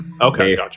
Okay